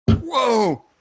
whoa